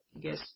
guess